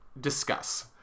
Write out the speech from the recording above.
discuss